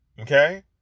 okay